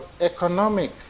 economic